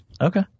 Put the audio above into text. okay